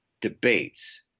debates